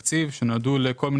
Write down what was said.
בתקציב שמיועדים לכל מיני פרויקטים.